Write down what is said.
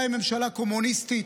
הממשלה היא ממשלה קומוניסטית,